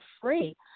free